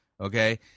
okay